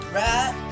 right